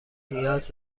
نیاز